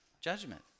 judgment